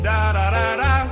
Da-da-da-da